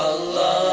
Allah